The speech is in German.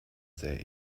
sehr